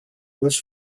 was